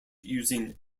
using